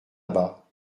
bas